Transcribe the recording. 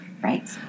Right